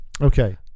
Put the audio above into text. Okay